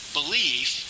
belief